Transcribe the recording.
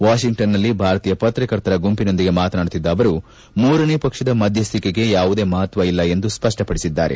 ವಾಷಿಂಗ್ನನ್ನಲ್ಲಿ ಭಾರತೀಯ ಪತ್ರಕರ್ತರ ಗುಂಪಿನೊಂದಿಗೆ ಮಾತನಾಡುತ್ತಿದ್ದ ಅವರು ಮೂರನೇ ಪಕ್ಷದ ಮಧ್ಯಸ್ಥಿಕೆಗೆ ಯಾವುದೇ ಮಹತ್ವ ಇಲ್ಲ ಎಂದು ಸಚಿವರು ಸ್ಪಷ್ಟಪಡಿಸಿದ್ದಾರೆ